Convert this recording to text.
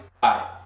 bye